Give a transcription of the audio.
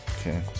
Okay